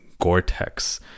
Gore-Tex